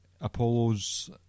Apollo's